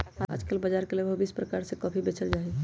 आजकल बाजार में लगभग बीस प्रकार के कॉफी बेचल जाहई